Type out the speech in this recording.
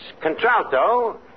Contralto